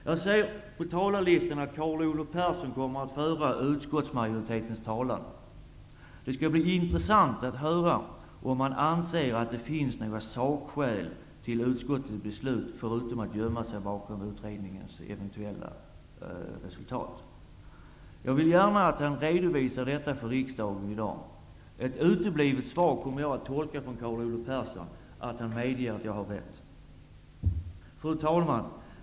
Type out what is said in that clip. Jag ser på talarlistan att Carl Olov Persson kommer att föra utskottsmajoritetens talan. Det skall bli intressant att höra om han anser att det finns några sakskäl till utskottets beslut och att han inte bara gömmer sig bakom utredningens eventuella resultat. Jag vill gärna att han redovisar detta för riksdagen i dag. Ett uteblivet svar från honom kommer jag att tolka som att han medger att jag har rätt. Fru talman!